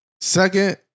Second